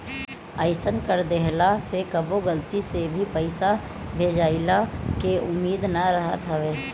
अइसन कर देहला से कबो गलती से भे पईसा भेजइला के उम्मीद ना रहत हवे